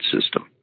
system